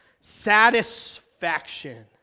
satisfaction